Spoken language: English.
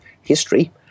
history